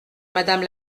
madame